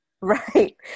Right